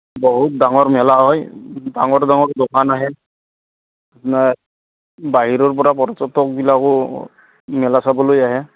বহুত ডাঙৰ মেলা হয় ডাঙৰ ডাঙৰ দকান আহে আপোনাৰ বাহিৰৰপৰা পৰ্যটকবিলাকো মেলা চাবলৈ আহে